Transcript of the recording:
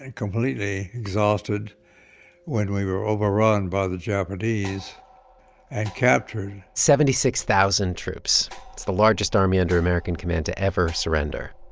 and completely exhausted when we were overrun by the japanese and captured seventy-six thousand troops. it's the largest army under american command to ever surrender.